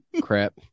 Crap